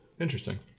Interesting